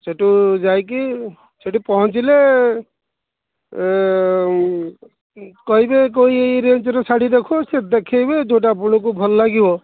ସେଠୁ ଯାଇକି ସେଠି ପହଞ୍ଚିଲେ କହିବେ ରେଞ୍ଜ୍ର ଶାଢ଼ୀ ଦେଖାଅ ସେ ଦେଖାଇବେ ଯେଉଁଟା ଆପଣଙ୍କୁ ଭଲ ଲାଗିବ